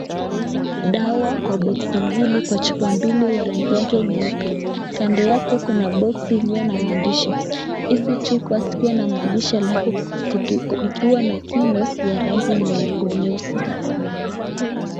Dawa kwa boksi mbili kwa chupa mbili wa rangi yake nyeupe, kando yake kuna boksi iliyo na maandishi. Hizi chupa zikiwa na maandishi alafu ikiwa na kindo ya rangi nyeusi.